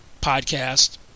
podcast